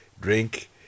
drink